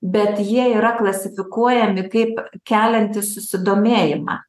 bet jie yra klasifikuojami kaip keliantys susidomėjimą